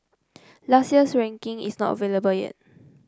last year's ranking is not available yet